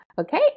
Okay